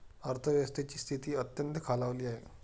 अर्थव्यवस्थेची स्थिती अत्यंत खालावली आहे